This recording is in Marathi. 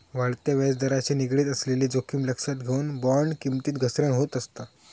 वाढत्या व्याजदराशी निगडीत असलेली जोखीम लक्षात घेऊन, बॉण्ड किमतीत घसरण होत असता